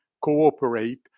cooperate